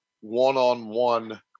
one-on-one